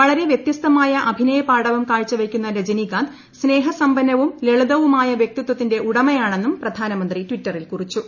വളരെ വൃതൃസ്തമായ അഭിനയ പാടവം കാഴ്ച വയ്ക്കുന്ന രജനി സ്നേഹ സമ്പന്നവും ലളിതവുമായ വൃക്തിത്വത്തിന്റെ ഉടമയാണെന്നും പ്രധാന്മൂന്തി ടിറ്ററിൽ കുറിച്ചു